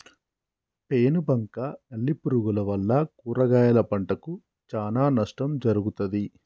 పేను బంక నల్లి పురుగుల వల్ల కూరగాయల పంటకు చానా నష్టం జరుగుతది